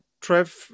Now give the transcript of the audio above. Trev